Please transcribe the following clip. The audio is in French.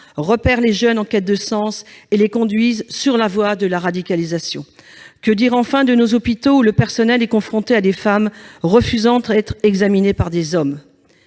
repèrent les jeunes en quête de sens et les conduisent sur la voie de la radicalisation. Que dire, enfin, de nos hôpitaux, où le personnel est confronté à des femmes refusant d'être examinées par des hommes ?